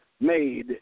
made